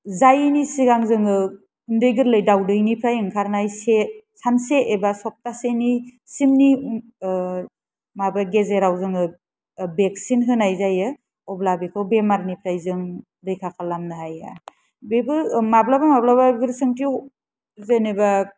जायैनि सिगां जोङो बे गोरलै दावदैनिफ्राय ओंखारनाय से सानसे एबा सप्ताहसेनि सिमनि माबे गेजेराव जोङो भेक्सिन होनाय जायो अब्ला बेखौ जों बेमारनिफ्राय रैखा खालामनो हायो बेबो माब्लाबा माब्लाबा फोरजेन्टु जेनेबा